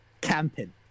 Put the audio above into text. camping